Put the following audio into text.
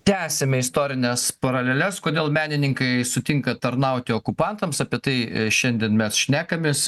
tęsiame istorines paraleles kodėl menininkai sutinka tarnauti okupantams apie tai šiandien mes šnekamės